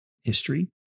history